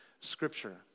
Scripture